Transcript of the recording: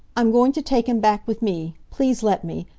i'm going to take him back with me. please let me!